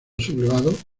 sublevado